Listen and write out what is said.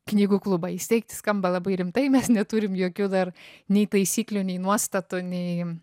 knygų klubą įsteigt skamba labai rimtai mes neturim jokių dar nei taisyklių nei nuostatų nei